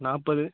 நாற்பது